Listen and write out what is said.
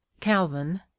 calvin